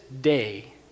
day